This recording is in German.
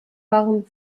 waren